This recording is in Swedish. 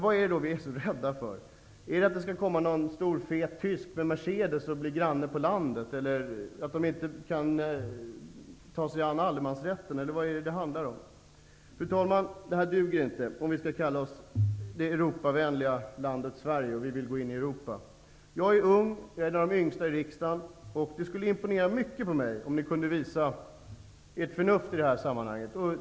Vad är det då ni är så rädda för? Är det att det skall komma någon stor fet tysk med Mercedes och bli granne på landet? Eller är det att utlänningarna inte kan ta sig an allemansrätten? Eller vad handlar det om? Fru talman! Det här duger inte, om vi skall kalla oss det Europavänliga landet Sverige och vi vill gå in i Europa. Jag är ung, en av de yngsta i riksdagen, och det skulle imponera mycket på mig, om ni kunde visa ert förnuft i det här sammanhanget.